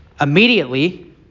Immediately